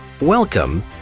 Welcome